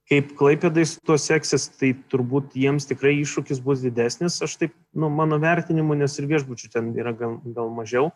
kaip klaipėdai su tuo seksis tai turbūt jiems tikrai iššūkis bus didesnis aš taip nu mano vertinimu nes ir viešbučių ten yra gan gal mažiau